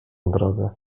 drodze